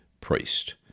priest